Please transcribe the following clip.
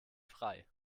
frei